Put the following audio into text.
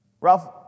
Ralph